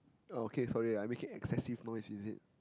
oh okay sorry I making excessive noise is it